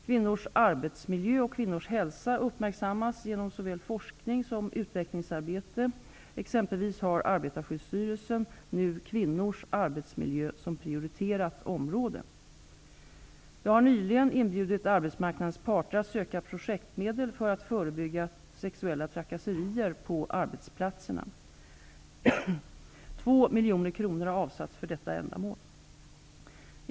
Kvinnors arbetsmiljö och kvinnors hälsa uppmärksammas genom såväl forskning som utvecklingsarbete; exempelvis har Arbetarskyddsstyrelsen nu kvinnors arbetsmiljö som prioriterat område. Jag har nyligen inbjudit arbetsmarknadens parter att söka projektmedel för att förebygga sexuella trakasserier på arbetsplatserna. 2 miljoner kronor har avsatts för detta ändamål.